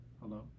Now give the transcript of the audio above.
hello